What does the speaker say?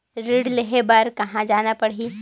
ऋण लेहे बार कहा जाना पड़ही?